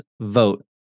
vote